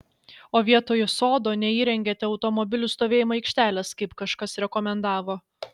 o vietoj sodo neįrengėte automobilių stovėjimo aikštelės kaip kažkas rekomendavo